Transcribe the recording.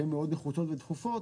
שהן מאוד נחוצות ודחופות,